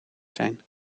zijn